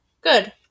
Good